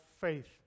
faith